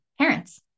parents